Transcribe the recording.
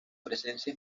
presencia